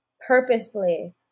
purposely